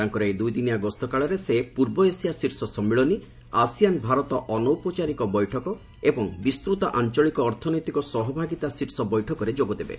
ତାଙ୍କର ଏହି ଦୁଇଦିନିଆ ଗସ୍ତ କାଳରେ ସେ ପୂର୍ବ ଏସିଆ ଶୀର୍ଷ ସମ୍ମିଳନୀ ଆସିଆନ୍ ଭାରତ ଅନୌପଚାରିକ ବୈଠକ ଏବଂ ବିସ୍ତୃତ ଆଞ୍ଚଳିକ ଅର୍ଥନୈତିକ ସହଭାଗିତା ଶୀର୍ଷ ବୈଠକରେ ଯୋଗ ଦେବେ